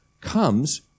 comes